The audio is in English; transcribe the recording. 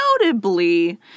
notably